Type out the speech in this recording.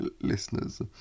listeners